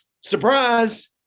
surprise